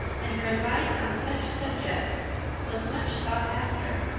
and her advice on such subjects was much sought after.